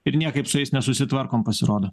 ir niekaip su jais nesusitvarkom pasirodo